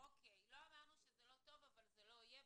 לא אמרנו שזה לא טוב, אבל זה לא יהיה.